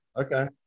okay